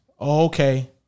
Okay